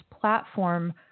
platform